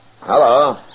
Hello